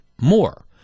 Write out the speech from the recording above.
more